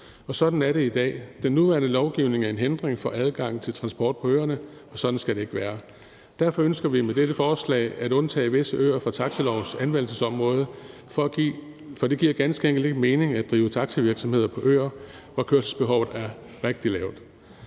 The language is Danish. For sådan er det i dag: Den nuværende lovgivning er en hindring for adgangen til transport på øerne – og sådan skal det ikke være. Derfor ønsker vi med dette forslag at undtage visse øer for taxilovens anvendelsesområde, for det giver ganske enkelt ikke mening at drive taxavirksomhed på øer, hvor kørselsbehovet er rigtig lavt.